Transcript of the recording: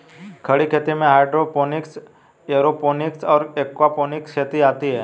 खड़ी खेती में हाइड्रोपोनिक्स, एयरोपोनिक्स और एक्वापोनिक्स खेती आती हैं